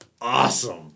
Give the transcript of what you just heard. awesome